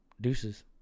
deuces